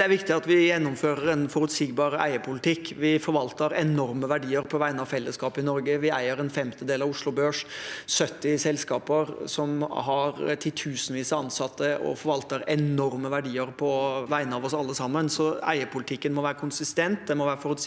er vik- tig at vi gjennomfører en forutsigbar eierpolitikk. Vi forvalter enorme verdier på vegne av fellesskapet i Norge. Vi eier en femtedel av Oslo Børs, 70 selskaper som har titusenvis av ansatte og forvalter enorme verdier på vegne av oss alle sammen. Så eierpolitikken må være konsistent, den må være forutsigbar,